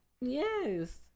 Yes